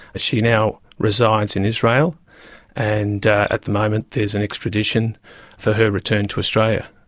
she now resides in israel and at the moment there's an extradition for her return to australia,